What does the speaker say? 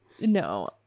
no